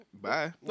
Bye